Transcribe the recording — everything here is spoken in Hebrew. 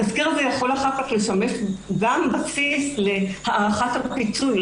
התסקיר הזה יכול אחר כך לשמש גם בסיס להערכת הפיצוי,